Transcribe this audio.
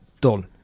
done